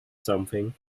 something